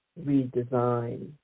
redesign